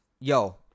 yo